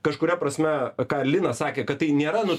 kažkuria prasme ką linas sakė kad tai nėra nu